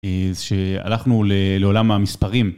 כשהלכנו לעולם המספרים.